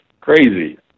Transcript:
crazy